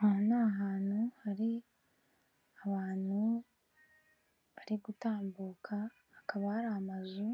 Aha ni hantu hari abantu barigutambuka, hakaba hari amazu